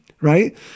right